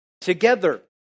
together